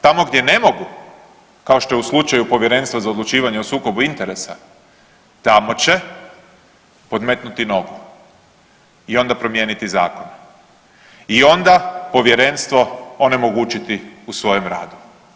Tamo gdje ne mogu, kao što je u slučaju Povjerenstva za odlučivanje o sukobu interesa tamo će podmetnuti nogu i onda promijeniti zakon i onda povjerenstvo onemogućiti u svojem radu.